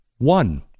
One